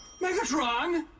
Megatron